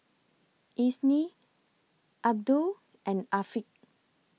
Isnin Abdul and Afiq